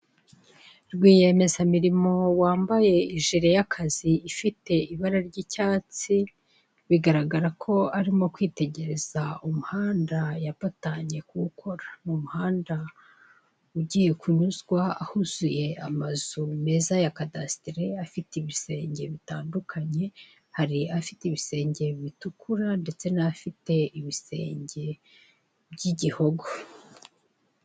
Rwiyemezamirimo wambaye ijire y'akazi ifite ibara ry'icyatsi, bigaragara ko arimo kwitegereza umuhanda yapatanye kuwukora. Ni umuhanda ugiye kunyuzwa ahuzuye amazu meza ya kadasitere, afite ibisenge bitandukanye hari afite ibisenge bitukura ndetse n'afite ibisenge by'igihogo.